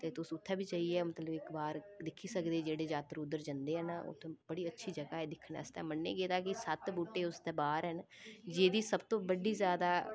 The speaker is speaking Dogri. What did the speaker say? ते तुस उत्थे बी जाइयै इक बार दिक्खी सकदे जेह्ड़े जात्तरू इद्धर जंदे हैन उत्थे बड़ी अच्छी जगह् ऐ दिक्खने आस्तै मन्नने गेदा ऐ कि सत्त बूह्टे उसदे बाह्र न जेह्दी सबतू बड्डी ज्यादा